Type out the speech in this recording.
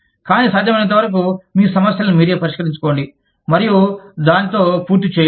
కానీ సాధ్యమైనంతవరకు మీ సమస్యలను మీరే పరిష్కరించుకోండి మరియు దానితో పూర్తి చేయండి